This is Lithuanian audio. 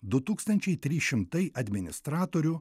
du tūkstančiai trys šimtai administratorių